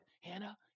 Hannah